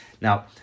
Now